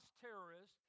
terrorists